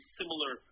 similar